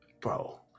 bro